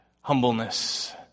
humbleness